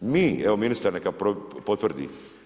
Mi, evo ministar neka potvrdi.